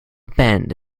bend